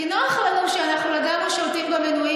כי נוח לנו שאנחנו לגמרי שולטים במינויים